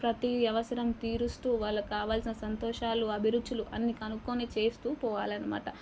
ప్రతీ అవసరం తీరుస్తూ వాళ్ళకి కావాల్సిన సంతోషాలు అభిరుచులు అన్నీ కనుక్కుని చేస్తూ పోవాలని మాట